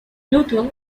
luther